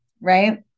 Right